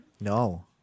No